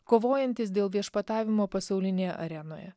kovojantys dėl viešpatavimo pasaulinėje arenoje